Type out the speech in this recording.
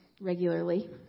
regularly